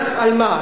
קנס על מה?